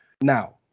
Now